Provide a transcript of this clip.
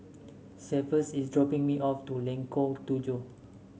Cephus is dropping me off Lengkong Tujuh